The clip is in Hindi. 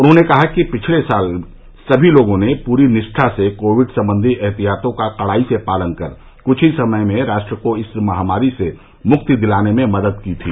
उन्होंने कहा कि पिछले साल सभी लोगों ने पूरी निष्ठा से कोविड सम्बंधी एहतियातों का कड़ाई से पालन कर कुछ ही समय में राष्ट्र को इस महामारी से मुक्ति दिलाने में मदद की थी